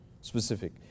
specific